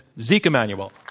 zeke emanuel.